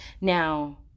Now